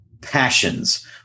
passions